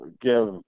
give